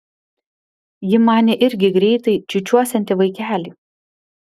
ji manė irgi greitai čiūčiuosianti vaikelį